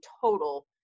total